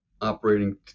operating